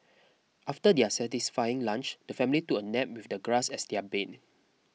after their satisfying lunch the family took a nap with the grass as their bed